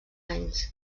anys